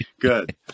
good